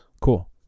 Cool